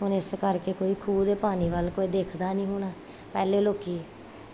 ਹੁਣ ਇਸ ਕਰਕੇ ਕੋਈ ਖੂਹ ਦੇ ਪਾਣੀ ਵੱਲ ਕੋਈ ਦੇਖਦਾ ਨਹੀਂ ਹੁਣ ਪਹਿਲੇ ਲੋਕੀ